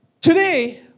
today